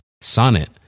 Sonnet